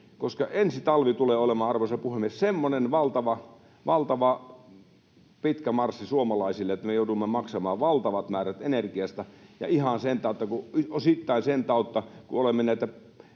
ensi talvi tulee olemaan, arvoisa puhemies, semmoinen valtava pitkä marssi suomalaisille, että me joudumme maksamaan valtavat määrät energiasta, ja ihan sen tautta — osittain sen tautta — kun olemme tästä